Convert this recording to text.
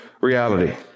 reality